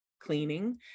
cleaning